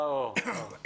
ברור...